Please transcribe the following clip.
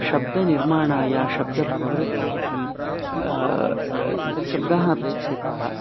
शब्दनिर्माणाय शब्दप्रवृत्यर्थं तत्र शब्दाः अपेक्षिताः